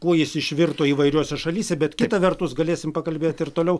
kuo jis išvirto įvairiose šalyse bet kita vertus galėsime pakalbėti ir toliau